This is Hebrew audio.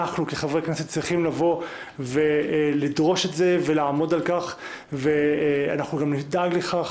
אנחנו כחברי כנסת צריכים לדרוש את זה ולעמוד על כך וגם נדאג לכך,